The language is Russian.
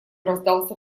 раздался